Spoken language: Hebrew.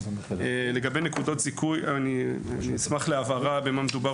לגבי נקודות זיכוי אשמח להבהרה במה מדובר,